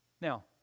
now